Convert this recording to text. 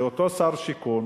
שאותו שר שיכון,